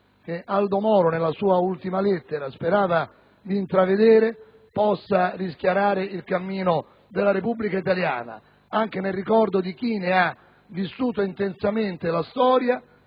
Aldo Moro nella sua ultima lettera sperava di intravedere, possa rischiarare il cammino della Repubblica italiana anche grazie al ricordo di chi ne ha vissuto intensamente la storia